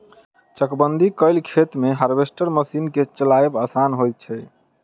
चकबंदी कयल खेत मे हार्वेस्टर मशीन के चलायब आसान होइत छै